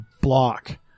block